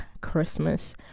Christmas